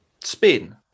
spin